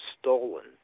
stolen